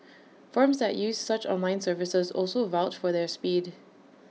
firms that use such online services also vouch for their speed